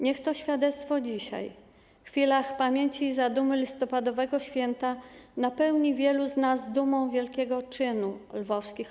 Niech to świadectwo dzisiaj, w chwilach pamięci i zadumy listopadowego święta, napełni wielu z nas dumą z wielkiego czynu Orląt Lwowskich.